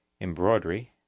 embroidery